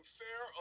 fair